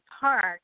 park